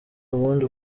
ubundi